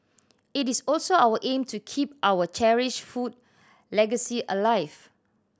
it is also our aim to keep our cherished food legacy alive